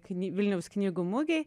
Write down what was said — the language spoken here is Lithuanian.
vilniaus knygų mugei